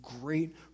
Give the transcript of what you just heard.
great